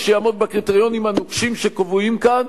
שיעמוד בקריטריונים הנוקשים שקבועים כאן,